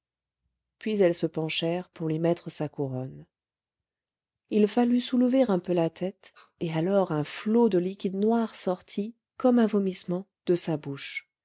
puis elles se penchèrent pour lui mettre sa couronne il fallut soulever un peu la tête et alors un flot de liquides noirs sortit comme un vomissement de sa bouche